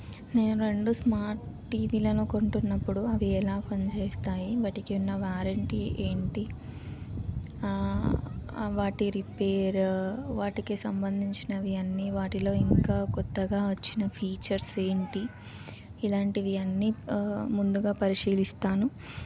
నేను రెండు స్మార్ట్ టీవీలను కొంటున్నప్పుడు అవి ఎలా పని చేస్తాయి వాటికి ఉన్న వారంటీ ఏంటి వాటి రిపేర్ వాటికి సంబంధించినవి అన్నీ వాటిలో ఇంకా క్రొత్తగా వచ్చిన ఫీచర్స్ ఏంటి ఇలాంటివి అన్నీ ముందుగా పరిశీలిస్తాను